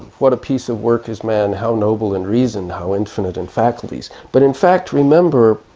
what a piece of work is man, how noble in reason, how infinite in faculties. but in fact, remember,